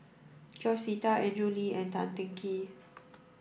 George Sita Andrew Lee and Tan Teng Kee